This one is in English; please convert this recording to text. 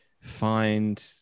find